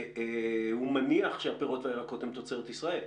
הוא מניח שהפירות והירקות הם תוצרת ישראל.